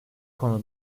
konu